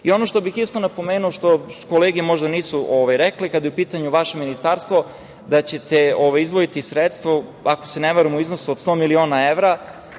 što bih isto napomenuo, što kolege možda nisu rekle, kada je u pitanju vaše Ministarstvo, da ćete izdvojiti sredstva, ako se ne varam, u iznosu od 100 miliona evra,